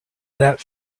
that